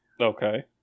Okay